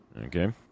Okay